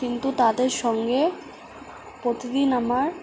কিন্তু তাদের সঙ্গে প্রতিদিন আমার